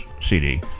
CD